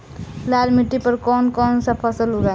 लाल मिट्टी पर कौन कौनसा फसल उगाई?